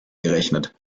gerechnet